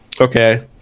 Okay